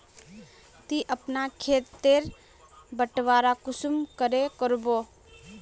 ती अपना खेत तेर बटवारा कुंसम करे करबो?